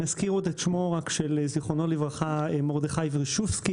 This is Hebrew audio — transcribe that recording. נזכיר עוד את שמו של מרדכי ורשובסקי